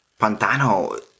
Pantano